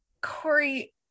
corey